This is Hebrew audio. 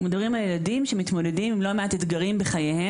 אנחנו מדברים על ילדים שבסך הכל מתמודדים עם לא מעט אתגרים בחייהם,